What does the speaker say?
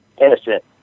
innocent